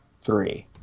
three